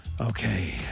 Okay